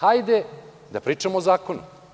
Hajde da pričamo o zakonu.